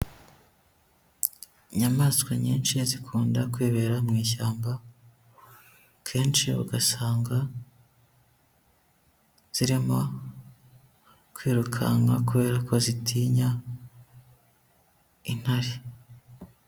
Inyamaswa nyinshi zikunda kwibera mu ishyamba, kenshi ugasanga zirimo kwirukanka kubera ko zitinya intare.